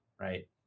Right